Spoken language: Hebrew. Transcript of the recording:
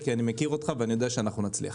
אני מכיר אותך ואני יודע שאנחנו נצליח.